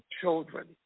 children